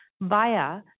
via